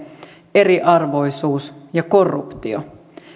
eriarvoisuus ja korruptio